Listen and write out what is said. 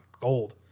gold